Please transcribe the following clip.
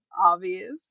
obvious